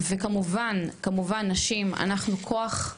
וכמובן נשים, אנחנו כוח.